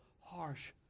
harsh